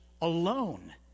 alone